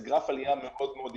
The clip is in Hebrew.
זה גרף עלייה מאוד מאוד איטי.